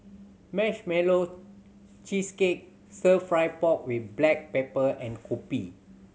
Marshmallow Cheesecake Stir Fry pork with black pepper and kopi